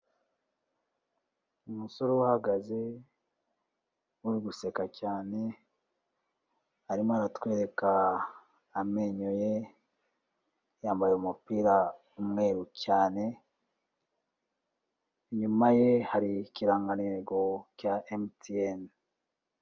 Umusore uhagaze, uri guseka cyane, arimo aratwereka amenyo ye, yambaye umupira w'umweru cyane, inyuma ye hari ikirangantego cya emutiyene.